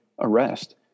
arrest